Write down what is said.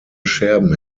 scherben